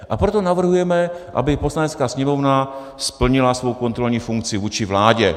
A proto navrhujeme, aby Poslanecká sněmovna splnila svou kontrolní funkci vůči vládě.